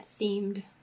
themed